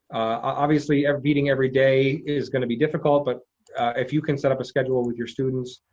obviously, a feeding every day is gonna be difficult, but if you can set up a schedule with your students,